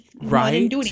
Right